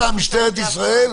אם יש אירוע, כן.